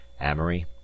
Amory